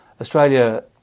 Australia